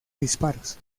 disparos